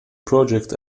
project